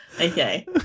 okay